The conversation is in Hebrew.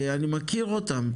אני מכיר אותן.